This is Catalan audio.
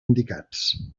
indicats